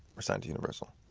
we're signed to universal.